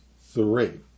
three